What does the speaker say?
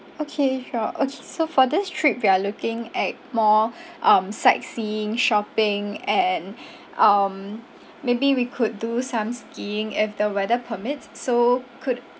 okay if you're okay so for this trip we are looking at more um sightseeing shopping and um maybe we could do some skiing if the weather permits so could